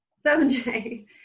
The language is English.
Someday